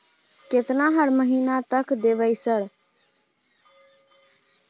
केतना हर महीना तक देबय सर?